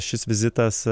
šis vizitas